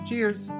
Cheers